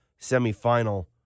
semifinal